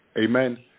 Amen